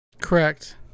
Correct